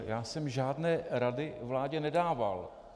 Já jsem žádné rady vládě nedával.